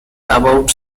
about